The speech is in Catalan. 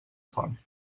font